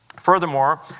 Furthermore